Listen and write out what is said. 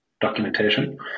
Documentation